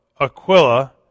Aquila